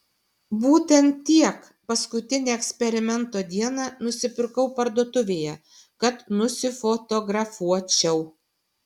būtent tiek paskutinę eksperimento dieną nusipirkau parduotuvėje kad nusifotografuočiau